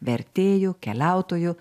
vertėju keliautoju